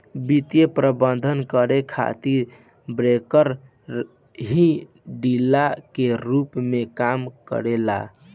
वित्तीय प्रबंधन करे खातिर ब्रोकर ही डीलर के रूप में काम करेलन